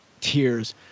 tears